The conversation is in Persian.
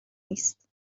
نیست